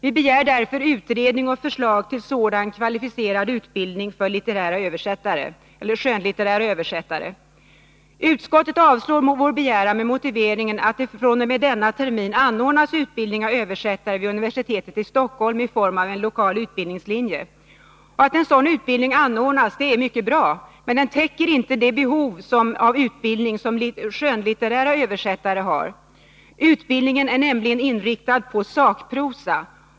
Vi begär därför utredning och förslag till sådar kvalificerad utbildning för översättare av skönlitteratur. Utskottet avstyrker vår begäran med motiveringen att det fr.o.m. denna termin anordnas utbildning av översättare vid universitet i Stockholm i form av en lokal utbildningslinje. Att en sådan utbildning anordnas är mycket bra, men den täcker inte behovet av utbildning för översättare av skönlitteratur. Utbildningen är nämligen inriktad på sakprosa.